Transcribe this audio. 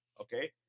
Okay